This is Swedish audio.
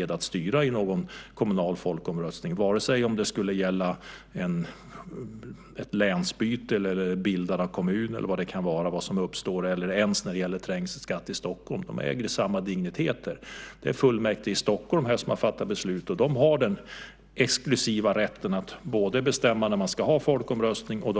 Det tänker jag inte lägga mig i från statlig nivå oavsett om det gäller ett länsbyte, bildande av kommun eller vad det kan vara. Jag tänker inte göra det ens när det gäller trängselskatt i Stockholm. Frågorna har samma dignitet. Det är fullmäktige i Stockholm som har fattat beslut, och de har den exklusiva rätten att både bestämma när man ska ha folkomröstning och